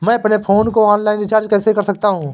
मैं अपने फोन को ऑनलाइन रीचार्ज कैसे कर सकता हूं?